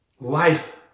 life